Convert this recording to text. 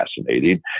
fascinating